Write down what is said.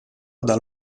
dal